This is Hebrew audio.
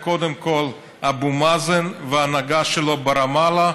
אלה קודם כול אבו מאזן וההנהגה שלו ברמאללה,